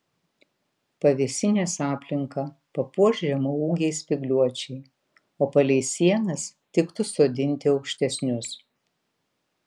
pavėsinės aplinką papuoš žemaūgiai spygliuočiai o palei sienas tiktų sodinti aukštesnius